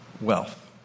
wealth